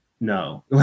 no